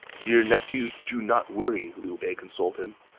dear nephew, do not worry, liu bei consoled him.